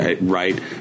right